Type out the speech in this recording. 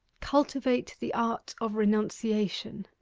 cultivate the art of renunciation.